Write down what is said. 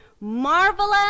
marvelous